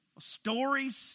Stories